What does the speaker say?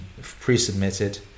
pre-submitted